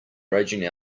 raging